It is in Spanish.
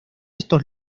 estos